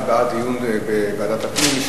זה בעד דיון בוועדת הפנים,